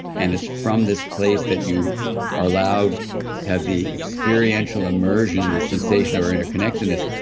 and it's from this place that you are allowed to have the experiential immersion and the sensation of our interconnectedness,